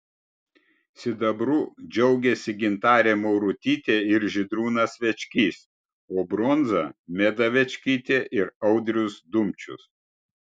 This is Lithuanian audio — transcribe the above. sidabru džiaugėsi gintarė maurutytė ir žydrūnas večkys o bronza meda večkytė ir audrius dumčius